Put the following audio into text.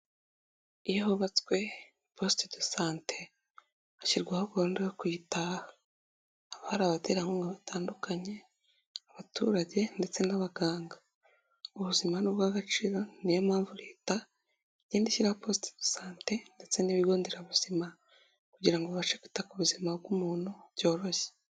Iyo hubatswe poste de sante, hashyirwaho gahunda yo kuyitaha, haba hari abaterankunga batandukanye, abaturage ndetse n'abaganga. Ubuzima ni ubw'agaciro niyo mpamvu leta igenda ishyiraho poste de sante ndetse n'ibigo nderabuzima kugira ibashe kwita ku buzima bw'umuntu byoroshye.